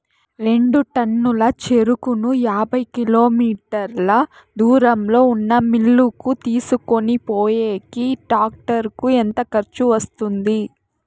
రెండు టన్నుల చెరుకును యాభై కిలోమీటర్ల దూరంలో ఉన్న మిల్లు కు తీసుకొనిపోయేకి టాక్టర్ కు ఎంత ఖర్చు వస్తుంది?